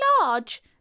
large